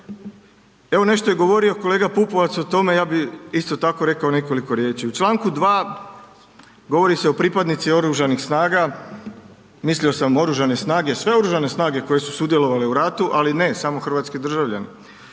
Evo, nešto je govorio kolega Pupovac o tome, ja bih isto tako rekao nekoliko riječi. U čl. 2 govori se o pripadnicima Oružanih snaga, mislio sam Oružane snage, sve Oružane snage koje su sudjelovale u ratu, ali ne, samo hrvatski državljani.